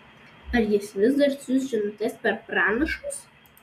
ar jis vis dar siųs žinutes per pranašus